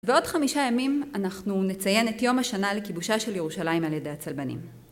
ועוד חמישה ימים אנחנו נציין את יום השנה לכיבושה של ירושלים על ידי הצלבנים.